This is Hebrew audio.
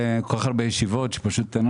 הרבה ישיבות שמצאנו